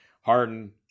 Harden